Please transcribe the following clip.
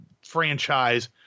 franchise